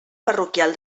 parroquial